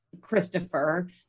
Christopher